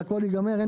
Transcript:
הכול ייגמר.